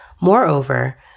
Moreover